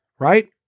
right